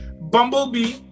Bumblebee